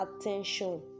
attention